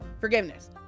Forgiveness